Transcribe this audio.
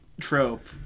trope